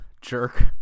jerk